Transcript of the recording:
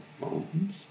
Bones